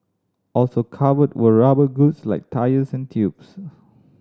also covered were rubber goods like tyres and tubes